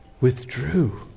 withdrew